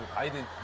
i did